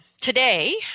today